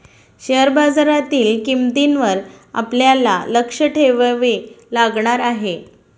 share बाजारातील किंमतींवर आपल्याला लक्ष ठेवावे लागणार आहे